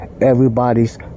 Everybody's